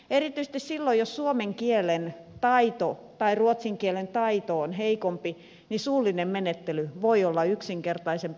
erityisesti silloin jos suomen tai ruotsin kielen taito on heikompi suullinen menettely voi olla yksinkertaisempi